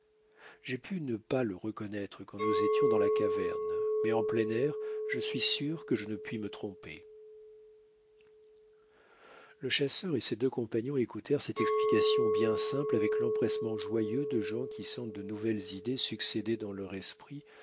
j'ai pu ne pas le reconnaître quand nous étions dans la caverne mais en plein air je suis sûr que je ne puis me tromper le chasseur et ses deux compagnons écoutèrent cette explication bien simple avec l'empressement joyeux de gens qui sentent de nouvelles idées succéder dans leur esprit